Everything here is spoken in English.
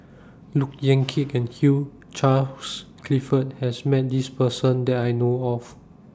Look Yan Kit and Hugh Charles Clifford has Met This Person that I know of